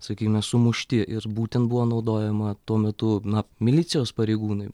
sakykime sumušti ir būtent buvo naudojama tuo metu na milicijos pareigūnai